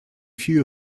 few